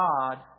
God